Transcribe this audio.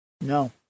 No